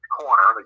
corner